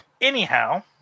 Anyhow